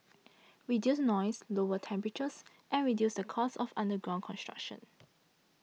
reduce noise lower temperatures and reduce the cost of underground construction